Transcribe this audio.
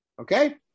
Okay